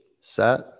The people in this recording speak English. set